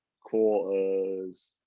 quarters